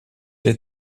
les